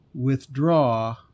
withdraw